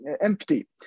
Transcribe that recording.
empty